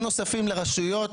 תקציבים נוספים לרשויות,